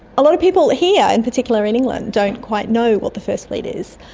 a lot of people here in particular in england don't quite know what the first fleet is,